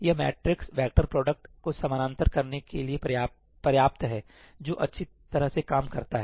यह matrix vector product को समानांतर करने के लिए पर्याप्त है जो अच्छी तरह से काम करता है